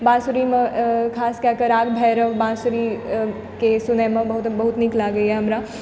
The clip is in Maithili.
बाँसुरीमे खास कए कऽ राग भैरव बाँसुरीकेँ सुनैमे बहुत नीक लागैए हमरा